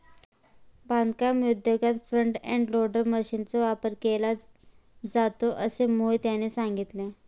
बांधकाम उद्योगात front end loader मशीनचा वापर केला जातो असे मोहित यांनी सांगितले